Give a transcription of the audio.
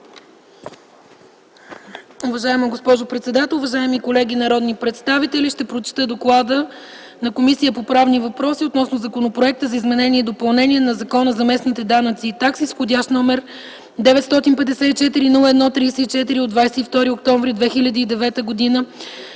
Уважаема госпожо председател, уважаеми колеги народни представители, ще прочета доклада на Комисията по правни въпроси относно Законопроекта за изменение и допълнение на Закона за местните данъци и такси, № 954-01-34, от 22 октомври 2009 г.,